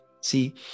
see